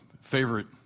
favorite